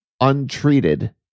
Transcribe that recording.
untreated